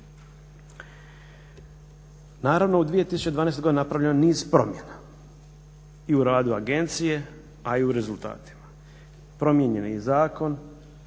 Naravno u 2012.godini napravljeno je niz promjena i u radu agencije a i u rezultatima. Promijenjeni zakon